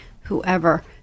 whoever